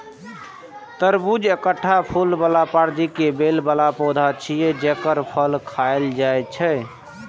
तरबूज एकटा फूल बला प्रजाति के बेल बला पौधा छियै, जेकर फल खायल जाइ छै